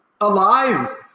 alive